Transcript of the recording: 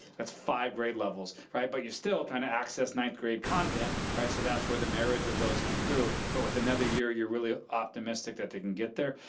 that's five grade levels, alright, but you're still trying to access ninth grade content, so that's where the marriage of those come through, but with another year you're really optimistic that they can get there.